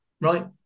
Right